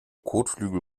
kotflügel